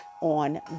on